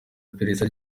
iperereza